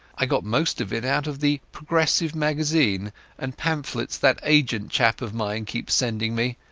i got most of it out of the progressive magazine and pamphlets that agent chap of mine keeps sending me.